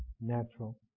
natural